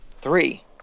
three